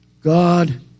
God